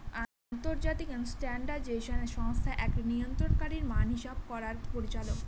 আন্তর্জাতিক স্ট্যান্ডার্ডাইজেশন সংস্থা একটি নিয়ন্ত্রণকারী মান হিসাব করার পরিচালক